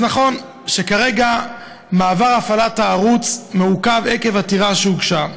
אז נכון שכרגע מעבר הפעלת הערוץ מעוכב עקב עתירה שהוגשה,